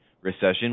Recession